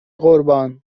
قربان